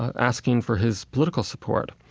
asking for his political support,